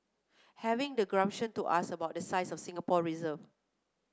having the gumption to ask about the size of Singapore reserve